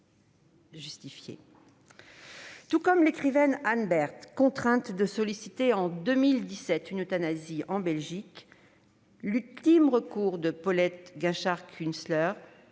Tout comme pour l'écrivaine Anne Bert, contrainte de solliciter en 2017 une euthanasie en Belgique, l'ultime recours de Paulette Guinchard-Kunstler